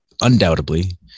Undoubtedly